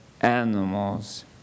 animals